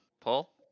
Paul